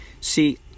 See